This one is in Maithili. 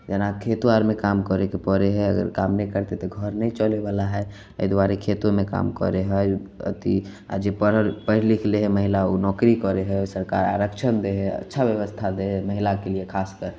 जेनाकि खेतो आरमे काम करैके परे हय अगर काम नहि करतै तऽ घर नहि चलै बला हय एहि दुआरे खेतोमे काम करए हय अथी आ जे पढ़ि लिख लै हय महिला ओ नौकरी करए हय सरकार आरक्षण दै हय अच्छा ब्यबस्था दै हय महिलाके लिए खास कर